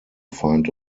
find